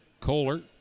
Kohler